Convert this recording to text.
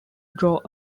draw